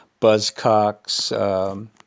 Buzzcocks